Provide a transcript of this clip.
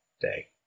day